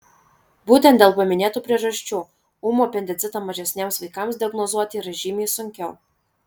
būtent dėl paminėtų priežasčių ūmų apendicitą mažesniems vaikams diagnozuoti yra žymiai sunkiau